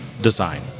design